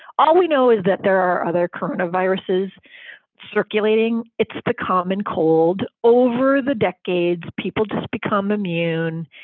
all we know is that there are other current of viruses circulating. it's the common cold. over the decades, people just become immune.